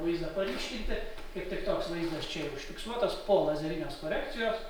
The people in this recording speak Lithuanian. vaizdą paryškinti kaip tik toks vaizdas čia ir užfiksuotas po lazerinės korekcijos